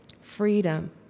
Freedom